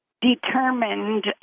Determined